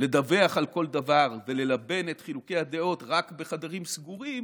לדווח על כל דבר וללבן את חילוקי הדעות רק בחדרים סגורים,